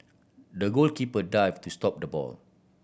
the goalkeeper dived to stop the ball